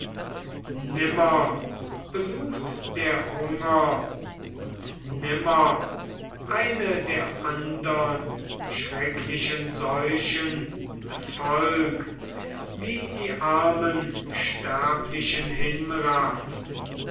nimmer besucht der hunger und nimmer eine der andern schrecklichen seuchen das volk die die armen sterblichen hinrafft